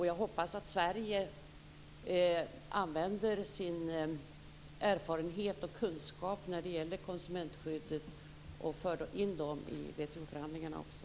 Jag hoppas att Sverige använder sin erfarenhet och kunskap när det gäller konsumentskyddet och för in dem i WTO förhandlingarna också.